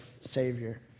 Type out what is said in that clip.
savior